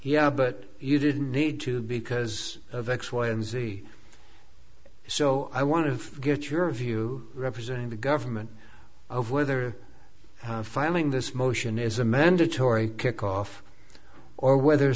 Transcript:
yeah but you didn't need to because of x y and z so i want to get your view representing the government over whether filing this motion is a mandatory kickoff or whether